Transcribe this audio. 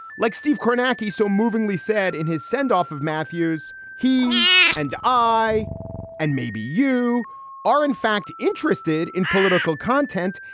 like steve kolonaki so movingly said in his send off of matthews. he and i and maybe you are, in fact, interested in political content.